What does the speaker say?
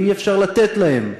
ואי-אפשר לתת להם,